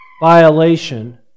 violation